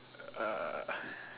uh